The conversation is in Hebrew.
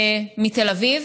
מתל אביב.